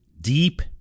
deep